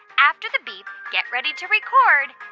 after the beep, get ready to record